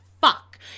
fuck